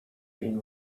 been